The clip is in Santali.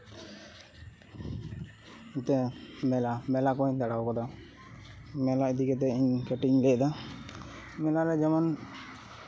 ᱱᱤᱛᱳᱜ ᱢᱮᱞᱟ ᱢᱮᱞᱟ ᱠᱚᱨᱤᱧ ᱫᱟᱬᱟᱣᱟᱠᱟᱫᱟ ᱢᱮᱞᱟ ᱤᱫᱤ ᱠᱟᱛᱮ ᱤᱧ ᱠᱟᱹᱴᱤᱡ ᱤᱧ ᱞᱟᱹᱭᱮᱫᱟ ᱢᱮᱞᱟᱨᱮ ᱡᱮᱢᱚᱱ